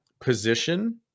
position